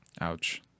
Ouch